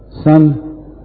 Son